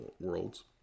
worlds